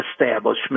establishment